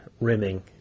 rimming